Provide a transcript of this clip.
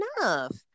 enough